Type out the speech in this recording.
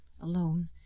alone